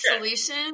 solution